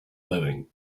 living